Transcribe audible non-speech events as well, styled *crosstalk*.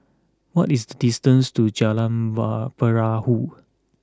what is the distance to Jalan *unintelligible* Perahu